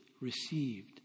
received